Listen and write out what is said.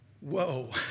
Whoa